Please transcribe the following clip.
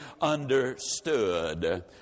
understood